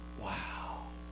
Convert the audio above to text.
Wow